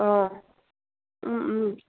অঁ